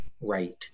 right